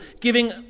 giving